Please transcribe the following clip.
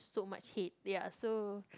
so much hate ya so